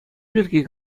пирки